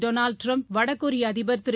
Donald Trump வடகொரிய அதிபர் திரு